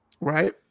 Right